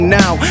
now